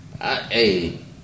Hey